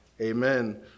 Amen